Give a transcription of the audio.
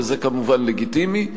וזה כמובן לגיטימי,